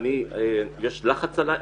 שיש לחץ עלי.